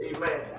Amen